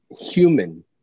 human